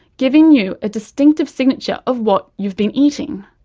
giving you a distinctive signature of what you've been eating.